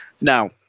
Now